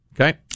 Okay